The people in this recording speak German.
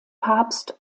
papst